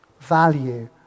value